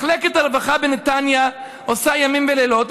מחלקת הרווחה בנתניה עושה לילות כלילות,